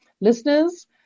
listeners